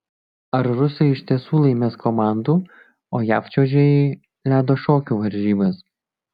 ar rusai iš tiesų laimės komandų o jav čiuožėjai ledo šokių varžybas